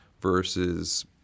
versus